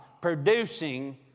producing